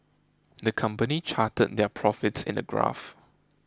the company charted their profits in a graph